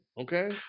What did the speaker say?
okay